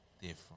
different